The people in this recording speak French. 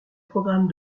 programme